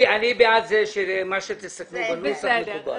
אני בעד זה שמה שתסכמו בנוסח, מקובל.